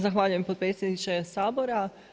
Zahvaljujem potpredsjedniče Sabora.